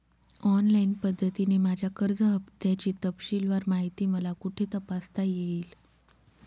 Online पद्धतीने माझ्या कर्ज हफ्त्याची तपशीलवार माहिती मला कुठे तपासता येईल?